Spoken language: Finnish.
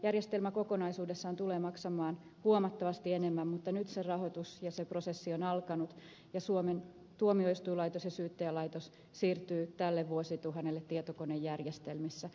järjestelmä kokonaisuudessaan tulee maksamaan huomattavasti enemmän mutta nyt se rahoitus ja se prosessi on alkanut ja suomen tuomioistuinlaitos ja syyttäjälaitos siirtyvät tälle vuosituhannelle tietokonejärjestelmissä